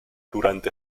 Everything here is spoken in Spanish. durante